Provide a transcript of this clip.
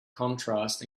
contrast